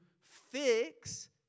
fix